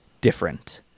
different